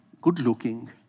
good-looking